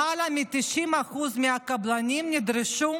למעלה מ-90% מהקבלנים נדרשו